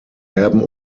erben